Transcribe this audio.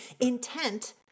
Intent